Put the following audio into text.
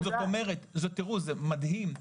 זה מדהים,